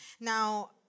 Now